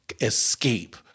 escape